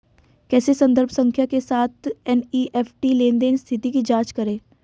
कैसे संदर्भ संख्या के साथ एन.ई.एफ.टी लेनदेन स्थिति की जांच करें?